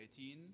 2018